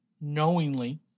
knowingly